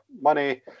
money